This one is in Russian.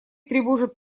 тревожит